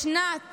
בשנת